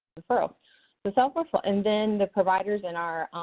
the so the self-referral and then the providers in our